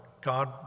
God